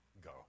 go